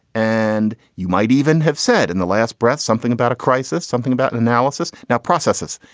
and you might even have said in the last breath, something about a crisis, something about an analysis now processes.